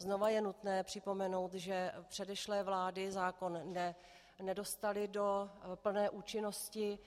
Znova je nutné připomenout, že předešlé vlády zákon nedostaly do plné účinnosti.